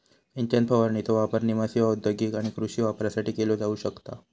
सिंचन फवारणीचो वापर निवासी, औद्योगिक आणि कृषी वापरासाठी केलो जाऊ शकता